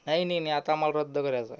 नाही नाही नाही आता आम्हाला रद्द करायचं आहे